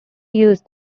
use